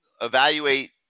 evaluate